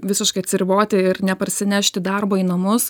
visiškai atsiriboti ir neparsinešti darbo į namus